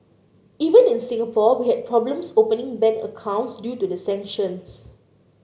even in Singapore we had problems opening bank accounts due to the sanctions